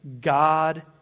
God